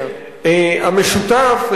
המשותף,